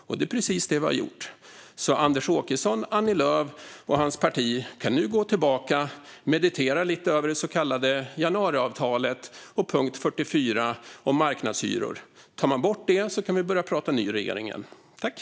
Och det är precis det vi har gjort, så Anders Åkesson, Annie Lööf och deras parti kan nu gå tillbaka och meditera lite över det så kallade januariavtalet och punkt 44 om marknadshyror. Tar man bort den kan vi börja prata med en ny regering igen.